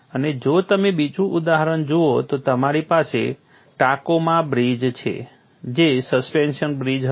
અને જો તમે બીજું ઉદાહરણ જુઓ તો તમારી પાસે ટાકોમા બ્રિજ છે જે સસ્પેન્શન બ્રિજ હતો